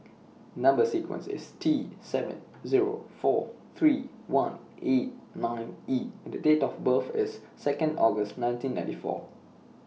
Number sequence IS T seven Zero four three one eight nine E and Date of birth IS Second August nineteen ninety four